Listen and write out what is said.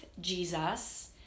Jesus